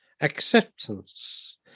acceptance